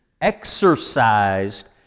exercised